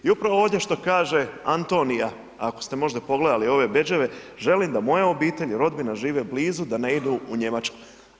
I upravo ovdje što kaže Antonija, ako ste možda pogledali ove bedževe, želim da moja obitelj i rodbina žive blizu da ne idu u Njemačku.